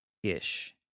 Ish